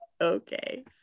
Okay